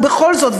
ובכל זאת,